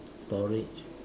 storage